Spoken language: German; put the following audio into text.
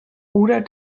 oder